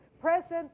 present